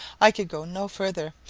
i could go no further,